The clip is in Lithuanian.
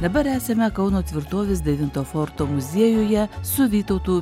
dabar esame kauno tvirtovės devinto forto muziejuje su vytautu